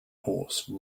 horse